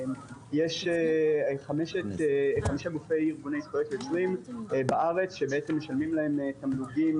יש חמישה גופי ארגוני זכויות יוצרים בארץ שמשלמים להם תמלוגים,